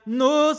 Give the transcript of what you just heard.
no